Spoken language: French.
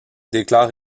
déclare